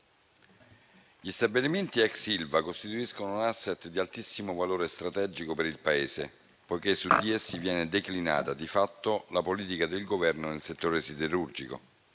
gli stabilimenti ex ILVA costituiscono asset di altissimo valore strategico per il Paese, poiché su di essi viene declinata, di fatto, la politica del Governo nel settore siderurgico.